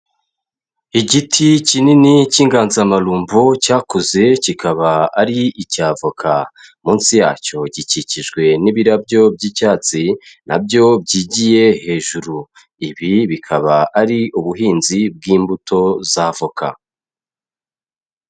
Igiti kinini cy'inganzamarumbo cyakuze, kikaba ari icy'avoka. Munsi yacyo gikikijwe n'ibirabyo by'icyatsi na byo byigiye hejuru. Ibi bikaba ari ubuhinzi bw'imbuto z'avoka.